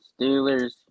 Steelers